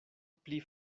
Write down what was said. pli